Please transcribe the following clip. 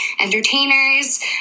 entertainers